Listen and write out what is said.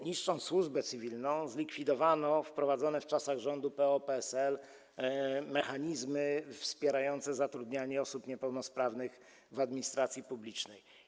Niszcząc służbę cywilną, zlikwidowano wprowadzone w czasach rządu PO - PSL mechanizmy wspierające zatrudnianie osób niepełnosprawnych w administracji publicznej.